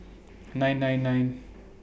nine nine nine